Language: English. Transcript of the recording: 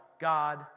God